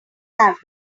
have